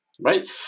right